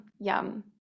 Yum